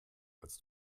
als